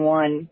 one